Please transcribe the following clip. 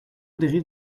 dérive